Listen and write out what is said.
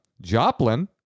Joplin